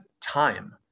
time